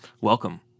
welcome